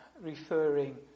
referring